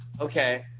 okay